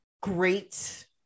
great